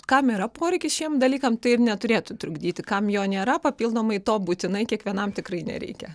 kam yra poreikis šiem dalykam tai ir neturėtų trukdyti kam jo nėra papildomai to būtinai kiekvienam tikrai nereikia